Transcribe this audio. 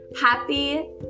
Happy